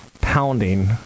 pounding